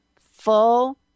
full